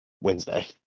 Wednesday